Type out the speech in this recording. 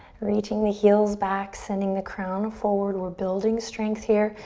reaching the heels back, sending the crown forward. we're building strength here.